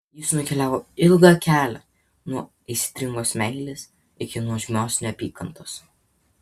jis nukeliavo ilgą kelią nuo aistringos meilės iki nuožmios neapykantos